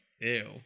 ew